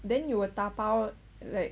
then you 打包 like